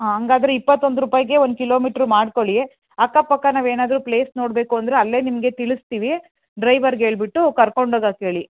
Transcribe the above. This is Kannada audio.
ಹಾಂ ಹಂಗಾದ್ರೆ ಇಪ್ಪತ್ತೊಂದು ರೂಪಾಯಿಗೆ ಒಂದು ಕಿಲೋಮೀಟ್ರು ಮಾಡ್ಕೊಳ್ಳಿ ಅಕ್ಕಪಕ್ಕ ನಾವು ಏನಾದರೂ ಪ್ಲೇಸ್ ನೋಡಬೇಕು ಅಂದರೆ ಅಲ್ಲೇ ನಿಮಗೆ ತಿಳಿಸ್ತೀವಿ ಡ್ರೈವರ್ಗೆ ಹೇಳ್ಬಿಟ್ಟು ಕರ್ಕೊಂಡು ಹೋಗಕ್ ಹೇಳಿ